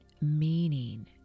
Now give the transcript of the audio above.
meaning